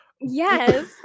yes